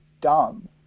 dumb